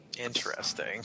Interesting